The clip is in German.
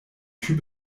typ